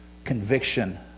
Conviction